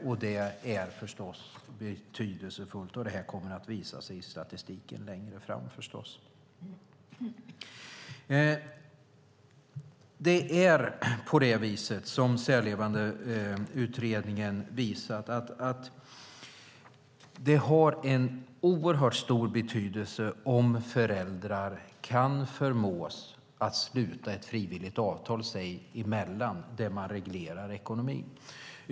Det är förstås betydelsefullt, och det kommer att visa sig i statistiken längre fram. Som Särlevandeutredningen visat har det en oerhört stor betydelse om föräldrar kan förmås att sluta ett frivilligt avtal sig emellan som reglerar ekonomin.